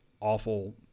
awful –